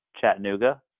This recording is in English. Chattanooga